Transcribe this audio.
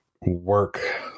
work